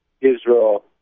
Israel